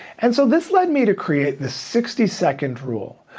and so, this led me to create the sixty second rule,